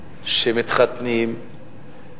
שמתחתנים,